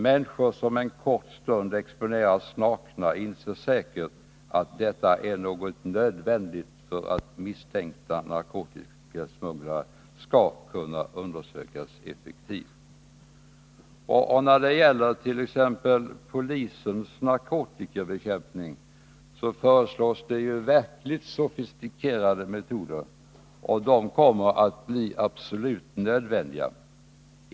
Människor som en kort stund exponeras nakna inser säkert att detta är något nödvändigt för att misstänkta narkotikasmugglare skall kunna undersökas effektivt. När det gäller polisens narkotikabekämpning föreslås det ju verkligt sofistikerade metoder, och de kommer att bli absolut nödvändiga.